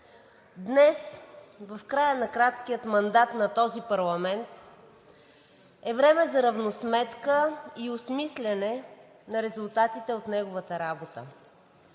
Днес, в края на краткия мандат на този парламент, е време за равносметка и осмисляне на резултатите от неговата работа.